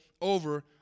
over